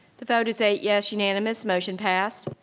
the vote is eight yes, unanimous, motion passed.